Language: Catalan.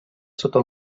sota